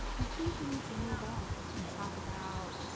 i think we need to move on and talk about